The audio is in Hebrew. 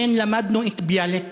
לכן למדנו את ביאליק,